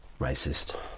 Racist